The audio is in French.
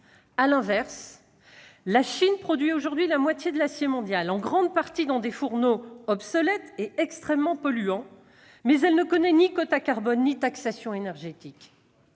À l'inverse, la Chine produit aujourd'hui la moitié de l'acier mondial, en grande partie dans des fourneaux obsolètes et extrêmement polluants, mais elle ne connaît ni quota carbone ni taxation énergétique.